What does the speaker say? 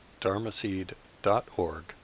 dharmaseed.org